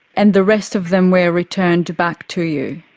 and the rest of them were returned back to you.